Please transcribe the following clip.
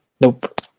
Nope